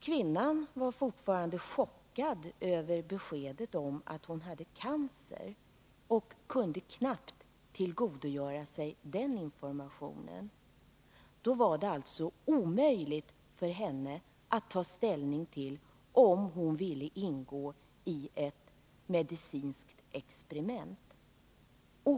Kvinnan var fortfarande chockad över beskedet om att hon hade cancer och kunde knappt tillgodogöra sig informationen. Det var alltså omöjligt för henne att ta ställning till om hon ville ingå i ett medicinskt experiment.